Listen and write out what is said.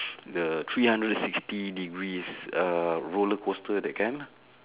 the three hundred sixty degrees uh roller coaster that kind